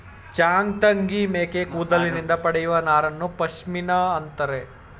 ಚಾಂಗ್ತಂಗಿ ಮೇಕೆ ಕೂದಲಿನಿಂದ ಪಡೆಯುವ ನಾರನ್ನು ಪಶ್ಮಿನಾ ಅಂತರೆ